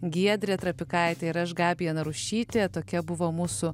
giedrė trapikaitė ir aš gabija narušytė tokia buvo mūsų